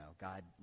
God